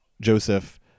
joseph